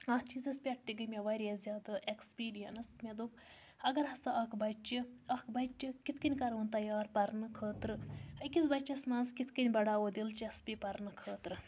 اَتھ چیٖزَس پٮ۪ٹھ تہِ گٔے مےٚ واریاہ زیادٕ ایٮ۪کٕسپیٖریَنٕس مےٚ دوٚپ اگر ہَسا اَکھ بَچہِ اَکھ بَچہِ کِتھ کٔنۍ کَرون تیار پَرنہٕ خٲطرٕ أکِس بَچَس منٛز کِتھ کٔنۍ بَڑاوو دِلچَسپی پَرنہٕ خٲطرٕ